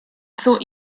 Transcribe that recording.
thought